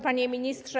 Panie Ministrze!